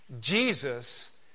Jesus